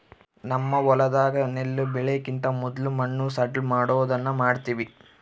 ನಮ್ಮ ಹೊಲದಾಗ ನೆಲ್ಲು ಬೆಳೆಕಿಂತ ಮೊದ್ಲು ಮಣ್ಣು ಸಡ್ಲಮಾಡೊದನ್ನ ಮಾಡ್ತವಿ